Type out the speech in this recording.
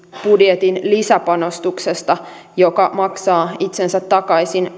budjetin lisäpanostuksesta joka maksaa itsensä takaisin